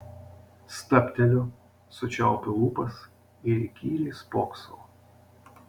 stabteliu sučiaupiu lūpas ir įkyriai spoksau